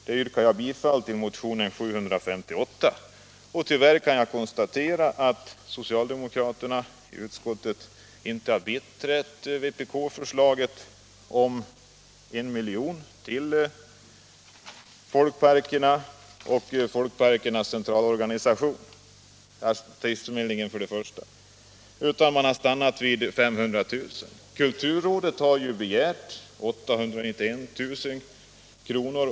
Jag yrkar bifall till motionen 1976/77:758. Tyvärr kan jag konstatera att socialdemokraterna i utskottet inte har biträtt vpk-förslaget om en höjning av anslaget till Folkparkernas centralorganisation och Folkparkernas artistförmedling med 1 milj.kr. utan har stannat vid 500 000 kr. till Folkparkernas artistförmedling. Kulturrådet har begärt 891 000 kr.